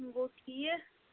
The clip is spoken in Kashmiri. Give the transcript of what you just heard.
گوٚو ٹھیٖک